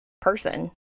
person